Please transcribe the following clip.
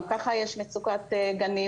גם כך יש מצוקת גנים.